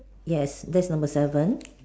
yes that's number seven